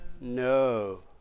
No